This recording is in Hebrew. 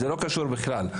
זה לא קשור בכלל.